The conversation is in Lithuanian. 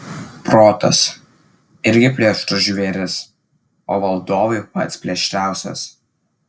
protas irgi plėšrus žvėris o valdovui pats plėšriausias